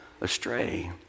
astray